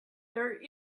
there